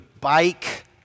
bike